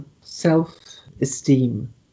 self-esteem